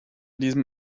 diesem